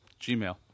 Gmail